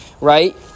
right